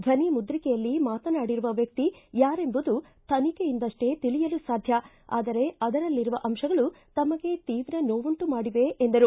ದ್ವನಿ ಮುದ್ರಿಕೆಯಲ್ಲಿ ಮಾತನಾಡಿರುವ ವ್ಯಕ್ತಿ ಯಾರೆಂಬುದು ತನಿಖೆಯಿಂದಷ್ಟೇ ತಿಳಿಯಲು ಸಾಧ್ಯ ಆದರೆ ಅದರಲ್ಲಿರುವ ಅಂಶಗಳು ತಮಗೆ ತೀವ್ರ ನೋವುಂಟು ಮಾಡಿವೆ ಎಂದರು